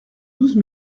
douze